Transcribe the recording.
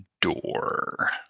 door